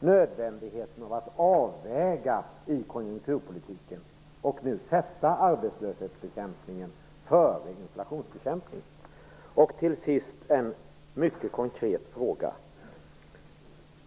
nödvändigheten av att göra avvägningar i konjunkturpolitiken och att sätta arbetslöshetsbekämpningen före inflationsbekämpningen? Till sist har jag en mycket konkret fråga.